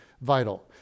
vital